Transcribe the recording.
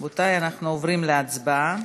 רבותי, אנחנו עוברים להצבעה.